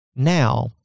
Now